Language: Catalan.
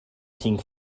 cinc